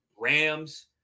Rams